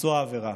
מביצוע העבירה.